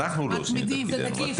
ואנחנו לא עושים את תפקידנו.